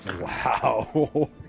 Wow